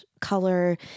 color